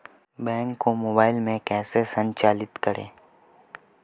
Bank को mobile में कैसे संचालित करें?